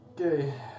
Okay